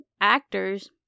actors